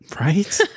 Right